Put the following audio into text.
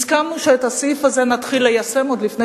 הסכמנו שאת הסעיף הזה נתחיל ליישם עוד לפני